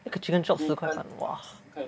一个 chicken chop 四块半 !wah!